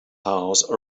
house